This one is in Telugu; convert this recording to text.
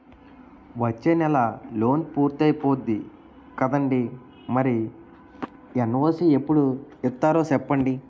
వచ్చేనెలే లోన్ పూర్తయిపోద్ది కదండీ మరి ఎన్.ఓ.సి ఎప్పుడు ఇత్తారో సెప్పండి